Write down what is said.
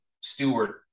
Stewart